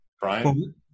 Brian